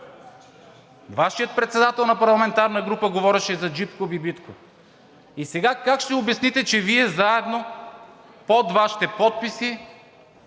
Вашият председател на парламентарната група говореше за Джипко Бибитко – сега как ще обясните, че Вие заедно, под Вашите подписи,